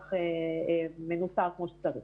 בהכרח מנוטר כמו שצריך.